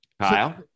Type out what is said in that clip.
Kyle